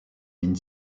mine